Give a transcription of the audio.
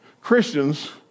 Christians